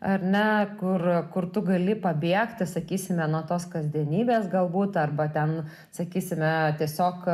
ar ne kur kur tu gali pabėgt sakysime nuo tos kasdienybės galbūt arba ten sakysime tiesiog